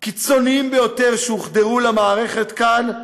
קיצוניים ביותר שהוחדרו למערכת כאן,